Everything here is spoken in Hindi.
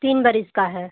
तीन बरस का है